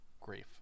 grief